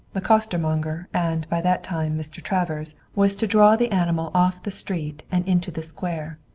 the costermonger, and, by that time, mr. travers was to draw the animal off the street and into the square.